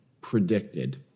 predicted